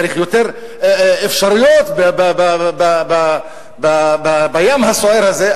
צריך יותר אפשרויות בים הסוער הזה,